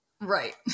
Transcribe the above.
Right